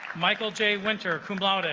michael jay winter combate